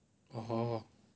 uh hor